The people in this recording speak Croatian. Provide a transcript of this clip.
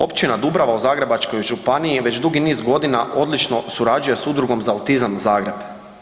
Općina Dubrava u Zagrebačkoj županiji već dugi niz godina odlično surađuje s Udrugom za autizam Zagreb.